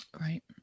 Right